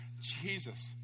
Jesus